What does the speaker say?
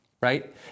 right